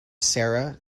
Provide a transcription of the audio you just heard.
sara